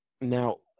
Now